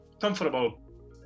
comfortable